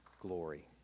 glory